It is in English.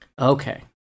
Okay